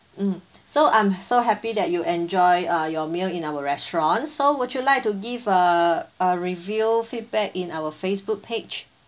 mm so I'm so happy that you enjoy uh your meal in our restaurant so would you like to give a a review feedback in our Facebook page